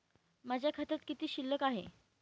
माझ्या खात्यात किती शिल्लक आहे?